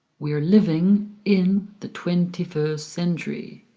we are living in the twenty first century.